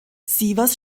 sievers